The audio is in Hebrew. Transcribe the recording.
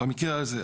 במקרה הזה.